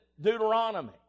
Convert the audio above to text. Deuteronomy